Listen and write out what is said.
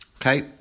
Okay